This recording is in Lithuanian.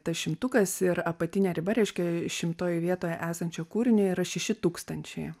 tas šimtukas ir apatinė riba reiškia šimtojoj vietoj esančio kūrinio yra šeši tūkstančiai